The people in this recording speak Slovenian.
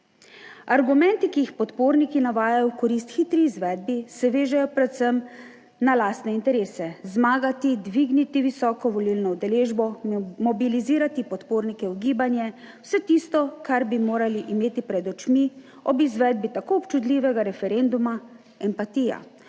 Argumenti, ki jih podporniki navajajo v korist hitri izvedbi, se vežejo predvsem na lastne interese: zmagati, dvigniti visoko volilno udeležbo, mobilizirati podpornike v gibanje, vse tisto, kar bi morali imeti pred očmi ob izvedbi tako občutljivega referenduma, empatija,